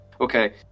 Okay